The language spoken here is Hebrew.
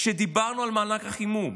כשדיברנו על מענק החימום.